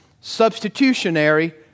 substitutionary